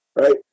right